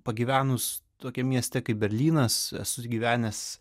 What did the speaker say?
pagyvenus tokiam mieste kaip berlynas esu gyvenęs